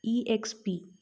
E X P